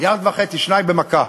מיליארד וחצי, שניים, במכה.